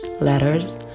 letters